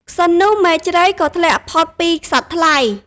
ក្សិណនោះ មែកជ្រៃក៏ធ្លាក់ផុតពីក្សត្រថ្លៃ។